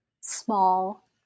small